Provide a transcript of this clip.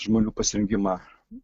žmonių pasirengimą